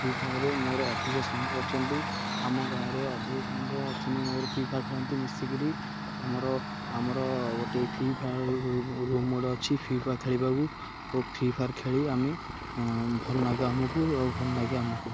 free ଫାୟାର୍ରେ ମୋର ଅଧିକ ସାଙ୍ଗ ଅଛନ୍ତି ଆମ ଗାଁରେ ଅଧିକ ସାଙ୍ଗ ଅଛନ୍ତି ମୋର ଫ୍ରି ଫାୟାର୍ ଖେଳନ୍ତି ମିଶିକିରି ଆମର ଆମର ଗୋଟିଏ ଫ୍ରି ଫାୟାର୍ ଅଛି ଫ୍ରି ଫାୟାର୍ ଖେଳିବାକୁ ଓ ଫ୍ରି ଫାୟାର୍ ଖେଳି ଆମେ ଭଲ ଲାଗେ ଆମକୁ ଓ ଭଲ ଲାଗେ ଆମକୁ